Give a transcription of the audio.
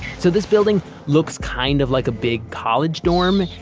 so this building looks kind of like a big college dorm.